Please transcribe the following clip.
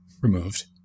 removed